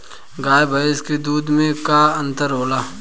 गाय भैंस के दूध में का अन्तर होला?